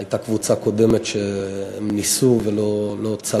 הייתה קבוצה קודמת שניסתה, וזה לא צלח.